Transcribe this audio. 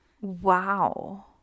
wow